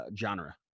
genre